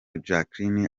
jackline